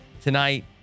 tonight